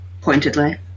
Pointedly